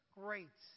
great